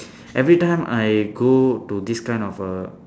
every time I go to this kind of err